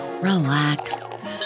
relax